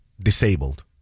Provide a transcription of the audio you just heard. disabled